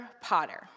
Potter